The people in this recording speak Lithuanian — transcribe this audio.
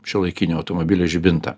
šiuolaikinio automobilio žibintą